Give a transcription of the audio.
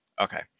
Okay